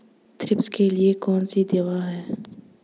Thrips के लिए कौन सी दवा है?